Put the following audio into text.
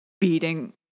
beating